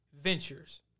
ventures